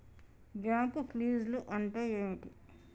Bank ఫీజ్లు అంటే ఏమిటి?